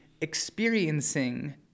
experiencing